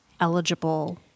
eligible